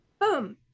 boom